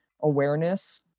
awareness